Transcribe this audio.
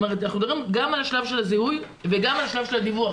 זאת אומרת אנחנו מדברים גם על השלב של הזיהוי וגם על השלב של הדיווח.